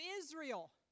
Israel